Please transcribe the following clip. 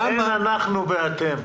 אין אנחנו והם.